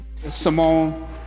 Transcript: Simone